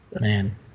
man